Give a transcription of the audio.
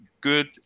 good